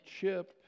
Chip